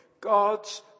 God's